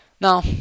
Now